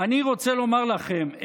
אני רוצה לומר לכם,